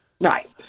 Right